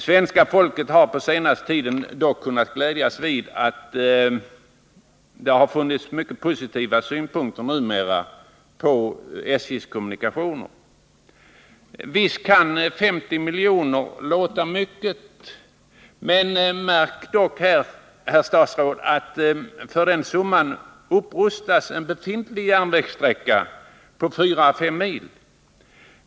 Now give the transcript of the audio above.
Svenska folket har dock på senaste tiden kunnat glädjas över att positivare synpunkter numera kommer från SJ. Visst kan 50 miljoner låta mycket, men märk dock, herr statsråd, att för den summan upprustas en befintlig järnvägssträcka på 4-5 mil.